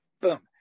Boom